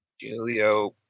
Julio